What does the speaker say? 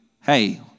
hey